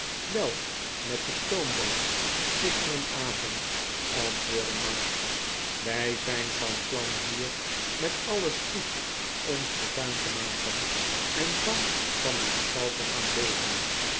wel met de stoomboot gisterenavond antwoordde mark wij zijn van plan hier met alien spoed ons fortuin te maken en dan van ons geld te gaan leven